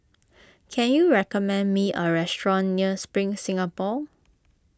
can you recommend me a restaurant near Spring Singapore